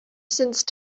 since